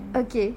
okay